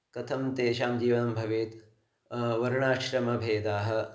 कथं तेषां जीवनं भवेत् वर्णाश्रमभेदाः